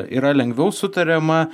yra lengviau sutariama